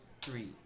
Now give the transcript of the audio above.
Three